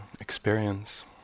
experience